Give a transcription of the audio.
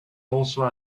also